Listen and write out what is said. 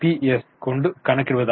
S கொண்டு கணக்கிடுவதாகும்